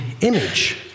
image